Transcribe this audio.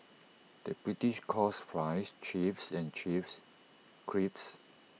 the British calls Fries Chips and Chips Crisps